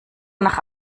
nach